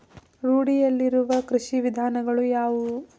ರೂಢಿಯಲ್ಲಿರುವ ಕೃಷಿ ವಿಧಾನಗಳು ಯಾವುವು?